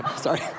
Sorry